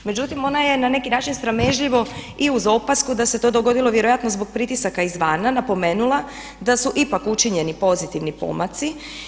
Međutim, ona je na neki način sramežljivo i uz opasku da se to dogodilo vjerojatno zbog pritisaka iz van napomenula da su ipak učinjeni pozitivni pomaci.